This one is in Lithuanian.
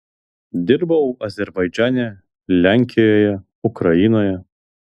dirbau azerbaidžane lenkijoje ukrainoje